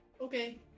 Okay